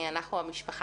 אנחנו המשפחה.